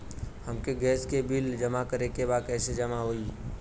हमके गैस के बिल जमा करे के बा कैसे जमा होई?